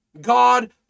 God